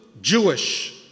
Jewish